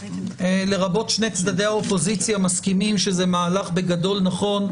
לרבות שני צדדי האופוזיציה מסכימים בגדול שזה מהלך נכון,